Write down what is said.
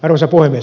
arvoisa puhemies